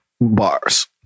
bars